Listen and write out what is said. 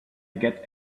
get